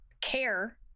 care